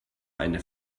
eine